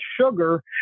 sugar